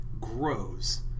grows